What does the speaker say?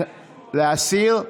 להסיר?